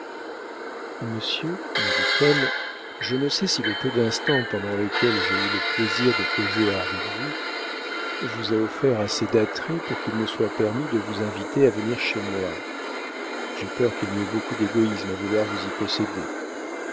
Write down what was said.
monsieur lui dit-elle je ne sais si le peu d'instants pendant lesquels j'ai eu le plaisir de causer avec vous vous a offert assez d'attrait pour qu'il me soit permis de vous inviter à venir chez moi j'ai peur qu'il n'y ait beaucoup d'égoïsme à vouloir vous y posséder